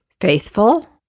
faithful